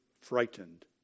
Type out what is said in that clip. frightened